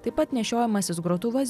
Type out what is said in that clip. taip pat nešiojamasis grotuvas